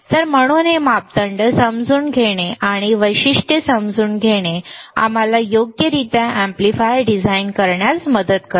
तर म्हणून हे मापदंड समजून घेणे आणि हे वैशिष्ट्य समजून घेणे आम्हाला योग्यरित्या एम्पलीफायर डिझाइन करण्यास मदत करेल